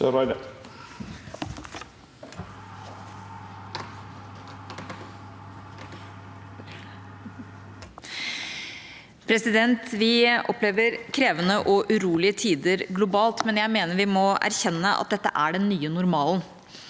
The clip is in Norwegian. le- der): Vi opplever krevende og urolige tider globalt, men jeg mener vi må erkjenne at dette er den nye normalen.